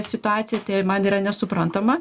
situaciją tai man yra nesuprantama